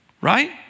Right